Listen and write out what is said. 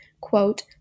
quote